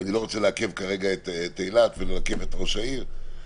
ואני לא רוצה לעכב את אילת ואת ראש העיר,